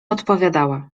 odpowiadała